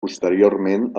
posteriorment